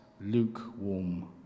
lukewarm